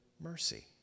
mercy